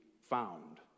found